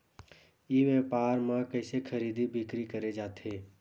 ई व्यापार म कइसे खरीदी बिक्री करे जाथे?